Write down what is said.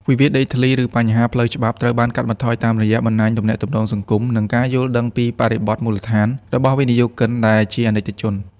វិវាទដីធ្លី ឬបញ្ហាផ្លូវច្បាប់ត្រូវបានកាត់បន្ថយតាមរយៈ "បណ្ដាញទំនាក់ទំនងសង្គម" និង "ការយល់ដឹងពីបរិបទមូលដ្ឋាន" របស់វិនិយោគិន ដែលជាអនិកជន។